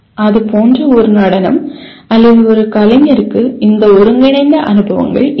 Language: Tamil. அது போன்ற ஒரு நடனம் அல்லது ஒரு கலைஞருக்கு இந்த ஒருங்கிணைந்த அனுபவங்கள் இருக்கும்